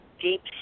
deep